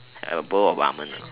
a bowl of ramen